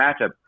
matchup